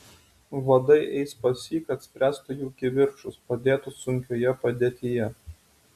vadai eis pas jį kad spręstų jų kivirčus padėtų sunkioje padėtyje